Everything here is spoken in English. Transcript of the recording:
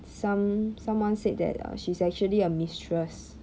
some someone said that she's actually a mistress